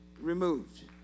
removed